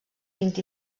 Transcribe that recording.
vint